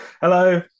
Hello